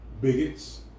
bigots